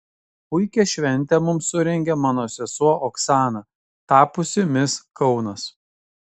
puikią šventę mums surengė mano sesuo oksana tapusi mis kaunas